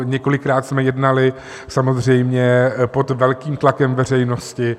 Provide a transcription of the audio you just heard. Několikrát jsme jednali samozřejmě pod velkým tlakem veřejnosti.